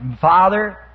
father